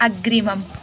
अग्रिमम्